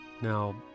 Now